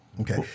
Okay